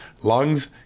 lungs